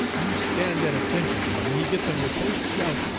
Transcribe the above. you stand at attention, and when he gets on your post shout,